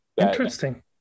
Interesting